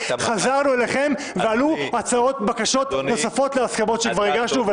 חזרנו אליכם ועלו הצעות ובקשות נוספות להסכמות שכבר הגשנו,